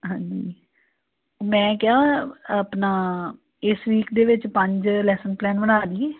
ਹਾਂਜੀ ਮੈਂ ਕਿਹਾ ਆਪਣਾ ਇਸ ਵੀਕ ਦੇ ਵਿੱਚ ਪੰਜ ਲੈਸਨ ਪਲੈਨ ਬਣਾ ਲਈਏ